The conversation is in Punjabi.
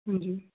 ਹਾਂਜੀ